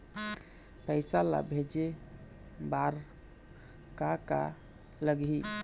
पैसा ला भेजे बार का का लगही?